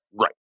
Right